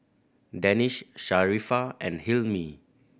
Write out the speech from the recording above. Danish Sharifah and Hilmi